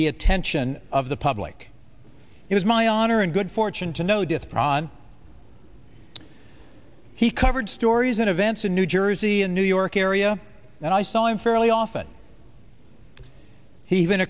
the attention of the public it was my honor and good fortune to know death pran he covered stories and events in new jersey and new york area and i saw him fairly often he even